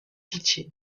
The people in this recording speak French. pitié